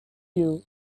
you